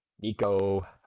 Nico